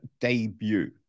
debut